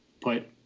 put